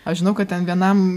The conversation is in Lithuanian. aš žinau kad ten vienam